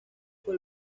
fue